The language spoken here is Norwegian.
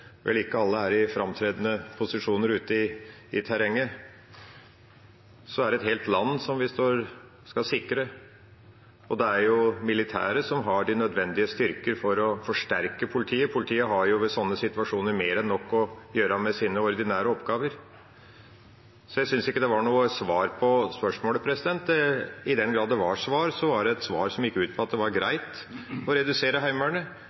vel ikke alle er i framtredende posisjoner ute i terrenget – er det et helt land vi skal sikre. Det er jo militæret som har de nødvendige styrker for å forsterke politiet. Politiet har ved sånne situasjoner mer enn nok å gjøre med sine ordinære oppgaver. Så jeg synes ikke det var noe svar på spørsmålet. I den grad det var et svar, var det et svar som gikk ut på at det var greit å redusere Heimevernet